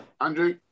Andrew